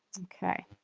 okay